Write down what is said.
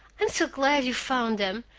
i'm so glad you found them!